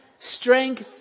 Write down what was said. strength